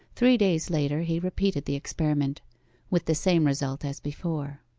three days later he repeated the experiment with the same result as before.